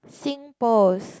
SingPost